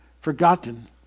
forgotten